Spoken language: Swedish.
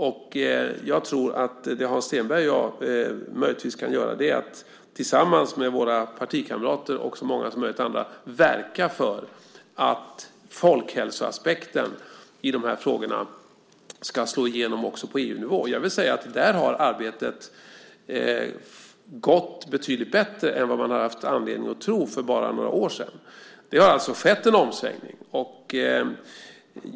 Det som Hans Stenberg och jag möjligtvis kan göra är att tillsammans med våra partikamrater och så många andra som möjligt verka för att folkhälsoaspekten i dessa frågor ska slå igenom också på EU-nivå. Där har arbetet gått betydligt bättre än vad man hade anledning att tro för bara några år sedan. Det har alltså skett en omsvängning.